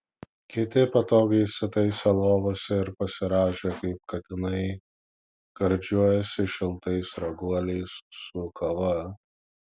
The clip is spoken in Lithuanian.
kiti patogiai įsitaisę lovose ir pasirąžę kaip katinai gardžiuojasi šiltais raguoliais su kava